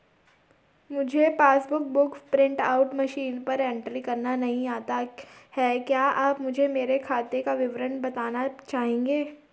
मुझे passbook book print out machine पर entry करना नहीं आता है क्या आप मुझे मेरे खाते का विवरण बताना पाएंगे?